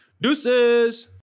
Deuces